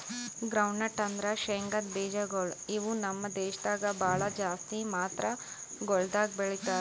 groundnut ಅಂದುರ್ ಶೇಂಗದ್ ಬೀಜಗೊಳ್ ಇವು ನಮ್ ದೇಶದಾಗ್ ಭಾಳ ಜಾಸ್ತಿ ಮಾತ್ರಗೊಳ್ದಾಗ್ ಬೆಳೀತಾರ